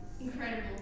Incredible